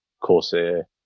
corsair